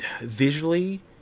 Visually